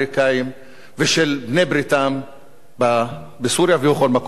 ושל בעלי-בריתם בסוריה ובכל מקום באזור.